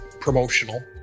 promotional